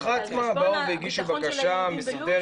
המשפחה עצמה באו והגישו בקשה מסודרת.